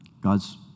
God's